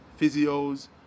physios